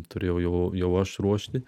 turėjau jau jau aš ruošti